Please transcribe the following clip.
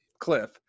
cliff